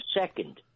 second